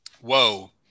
Whoa